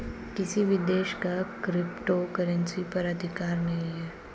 किसी भी देश का क्रिप्टो करेंसी पर अधिकार नहीं है